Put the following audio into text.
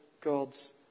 God's